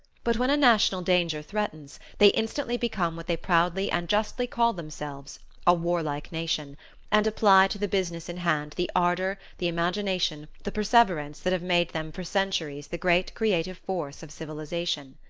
but when a national danger threatens, they instantly become what they proudly and justly call themselves a warlike nation and apply to the business in hand the ardour, the imagination, the perseverance that have made them for centuries the great creative force of civilization.